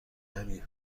نمیری